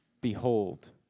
behold